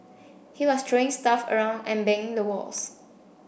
he was throwing stuff around and banging the walls